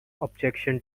objection